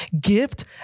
gift